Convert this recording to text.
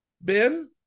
Ben